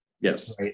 Yes